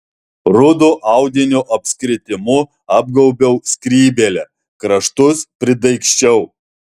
rudo audinio apskritimu apgaubiau skrybėlę kraštus pridaigsčiau